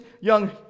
young